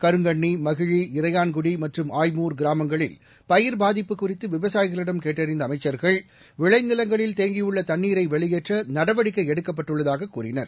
கருங்கண்ணி மகிழி இறையான்குடி மற்றும் ஆய்மூர் கிராமங்களில் பயிர் பாதிப்பு குறித்து விவசாயிகளிடம் கேட்டறிந்த அமைச்சர்கள் விளைநிலங்களில் தேங்கியுள்ள தண்ணீரை வெளியேற்ற நடவடிக்கை எடுக்கப்பட்டுள்ளதாகக் கூறினர்